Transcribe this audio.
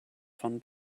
von